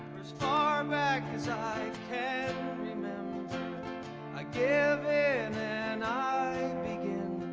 as far back as i can remember i give in and i begin